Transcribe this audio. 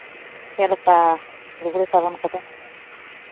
ᱪᱮᱫ ᱞᱮᱠᱟ ᱞᱩᱜᱽᱲᱤᱡ ᱥᱟᱵᱚᱱ ᱠᱚᱫᱚ